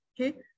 Okay